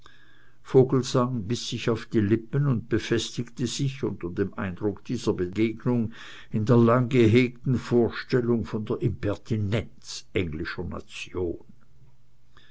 vogelsang biß sich auf die lippen und befestigte sich unter dem eindruck dieser begegnung in der lang gehegten vorstellung von der impertinenz englischer nation